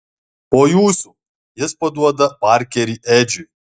po jūsų jis paduoda parkerį edžiui